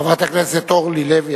חברת הכנסת אורלי לוי,